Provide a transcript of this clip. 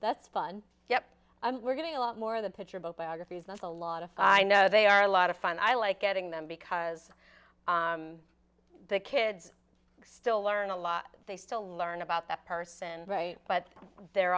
that's fun yep we're getting a lot more of the picture about biographies not a lot of i know they are a lot of fun i like getting them because the kids still learn a lot they still learn about that person right but they're